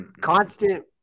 constant